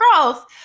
growth